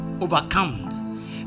overcome